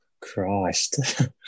Christ